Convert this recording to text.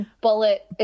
bullet